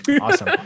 Awesome